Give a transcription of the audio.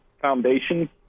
foundation